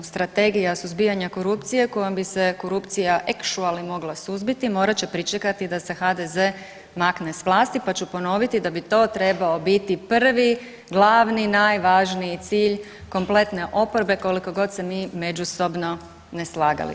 Strategija suzbijanja korupcije kojom bi se korupcija actually mogla suzbiti morat će pričati da se HDZ makne s vlasti pa ću ponoviti da bi to trebao biti prvi glavni najvažniji cilj kompletne oporbe koliko god se mi međusobno ne slagali.